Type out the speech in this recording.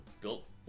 built